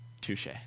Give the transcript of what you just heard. Touche